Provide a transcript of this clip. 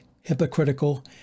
hypocritical